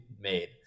made